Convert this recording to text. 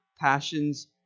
passions